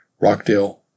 Rockdale